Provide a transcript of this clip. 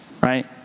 Right